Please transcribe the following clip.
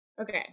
Okay